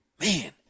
Man